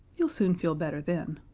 you'll soon feel better then.